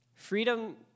Freedom